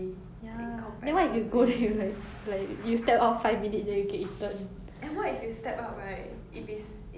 and what if you step out right if it's 一种 time portal 你你出去你不可以回去 then like 很 jialat